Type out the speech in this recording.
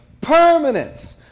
permanence